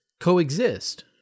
coexist